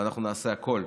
ואנחנו נעשה הכול,